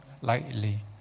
lightly